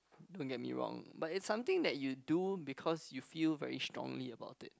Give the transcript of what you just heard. don't get me wrong but it's something that you do because you feel very strongly about it